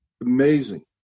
Amazing